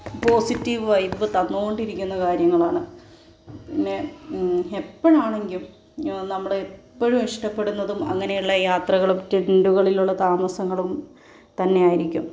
positive vibe തന്നുകൊണ്ടിരിക്കുന്ന കാര്യങ്ങളാണ് പിന്നെ എപ്പോഴാണെങ്കിലും നമ്മൾ എപ്പോഴും ഇഷ്ടപ്പെടുന്നതും അങ്ങനെയുള്ള യാത്രകളും ടെൻ്റുകളിലുള്ള താമസങ്ങളും തന്നെയായിരിക്കും